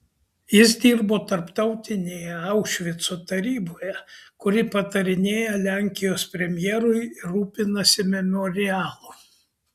jis dirbo tarptautinėje aušvico taryboje kuri patarinėja lenkijos premjerui ir rūpinasi memorialu